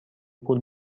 پول